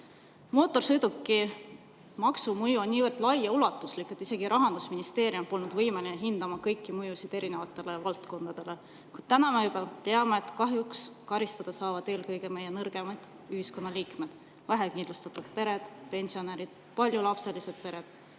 vaadata. Mootorsõidukimaksu mõju on niivõrd laiaulatuslik, et isegi Rahandusministeerium polnud võimeline hindama kõiki mõjusid erinevatele valdkondadele. Täna me juba teame, et kahjuks saavad karistada eelkõige meie nõrgemad ühiskonnaliikmed: vähekindlustatud pered, pensionärid, paljulapselised pered,